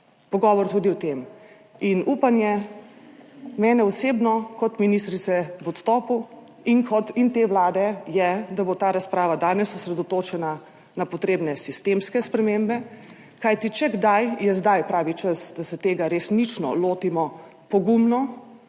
pogovor tudi o tem. Upanje mene osebno, kot ministrice v odstopu in kot dela te Vlade, je, da bo ta razprava danes osredotočena na potrebne sistemske spremembe, kajti če kdaj, je zdaj pravi čas, da se tega resnično lotimo pogumno,